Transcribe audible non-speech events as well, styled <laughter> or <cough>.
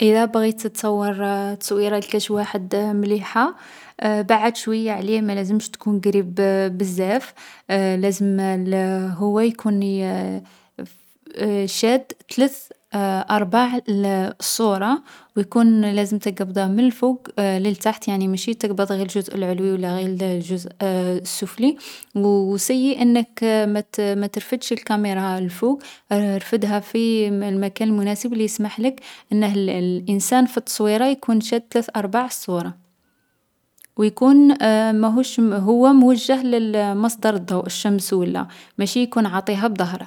اذا بغيت تصور تصويرة لكاش واحد مليحة، بعّد شويا عليه مالازمش تكون قريب بزاف. <hesitation> لازم الـ هو يكون يـ <hesitation> شاد تلث أرباع الـ الصورة و يكون لازم تقبضه من الفوق للتحت. يعني ماشي تقبض غي الجزء العلوي و لا غي الـ الجزء السفلي. و سيي أنك ما تـ ما ترفدش الكاميرا الفوق، ارفدها في المـ المكان المناسب لي يسمحلك أنه الـ الانسان في التصويرة يكون شاد تلث أرباع الصورة. و يكون <hesitation> ماهوش مـ هو موجّه للـ مصدر الضوء، الشمس و لا. ماشي يكون عاطيها بظهره.